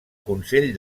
consell